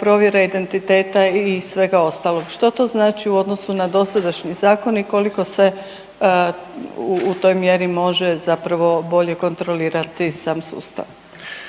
provjera identiteta i svega ostalog. Što to znači u odnosu na dosadašnji zakon i koliko se u toj mjeri može bolje kontrolirati sam sustav?